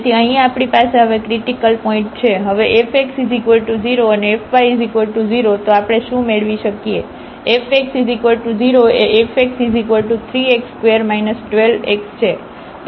તેથી અહીં આપણી પાસે હવે ક્રિટીકલ પોઇન્ટ છે હવે fx 0 અને fy 0 તો આપણે શું મેળવી શકીએ fx 0 એ fx3x2 12x છે